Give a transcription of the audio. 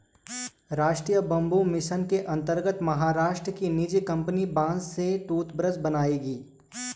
राष्ट्रीय bamboo mission के अंतर्गत महाराष्ट्र की निजी कंपनी बांस से टूथब्रश बनाएगी